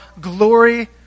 glory